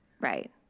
right